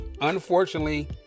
unfortunately